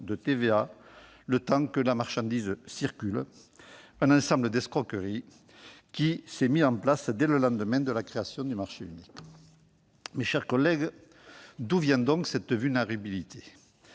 de TVA le temps que la marchandise circule. Cet ensemble d'escroqueries a été mis en place dès le lendemain de la création du marché unique. Mes chers collègues, d'où vient cette vulnérabilité ?